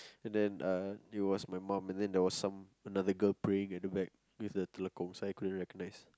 and then uh it was my mom and then there was some another girl praying at the back with a telekung so I couldn't recognize